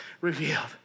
revealed